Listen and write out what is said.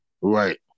Right